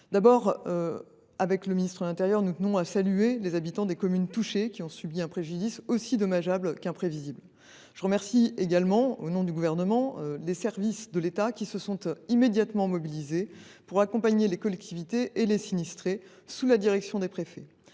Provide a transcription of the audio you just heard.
d’abord, avec le ministre de l’intérieur, à saluer les habitants des communes touchées, qui ont subi un préjudice aussi dommageable qu’imprévisible. Je remercie également, au nom du Gouvernement, les services de l’État qui se sont immédiatement mobilisés pour accompagner les collectivités et les sinistrés, sous la direction des préfets.